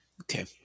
Okay